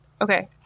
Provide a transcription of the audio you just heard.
Okay